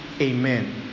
amen